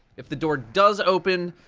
if the door does open,